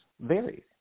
varies